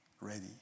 ready